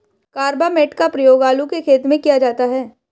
carbamate का प्रयोग आलू के खेत में किया जाता है